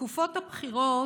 "תקופות הבחירות,